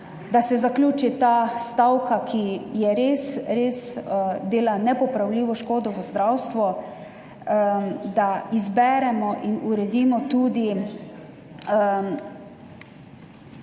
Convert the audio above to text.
da se zaključi ta stavka, res dela nepopravljivo škodo v zdravstvu, da izberemo in uredimo tudi